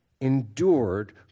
endured